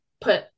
put